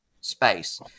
space